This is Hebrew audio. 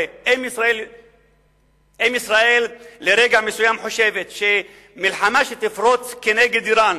האם ישראל לרגע מסוים חושבת שמלחמה שתפרוץ כנגד אירן